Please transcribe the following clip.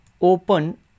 open